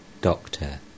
Doctor